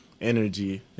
energy